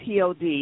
POD